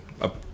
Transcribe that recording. up